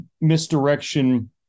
misdirection